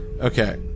Okay